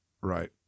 Right